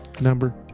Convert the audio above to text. Number